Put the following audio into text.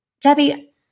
debbie